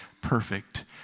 perfect